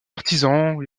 artisans